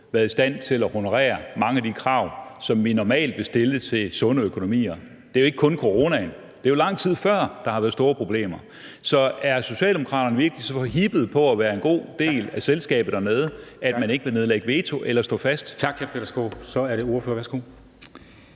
været i stand til at honorere mange af de krav, som vi normalt vil stille til sunde økonomier. Det er jo ikke kun coronaen. Det er jo lang tid før, der har været store problemer. Så er Socialdemokraterne virkelig så forhippede på at være en god del af selskabet dernede, at man ikke vil nedlægge veto eller stå fast? Kl. 14:22 Formanden (Henrik